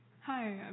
Hi